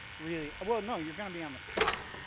really. well, no. you're gonna be on the spot.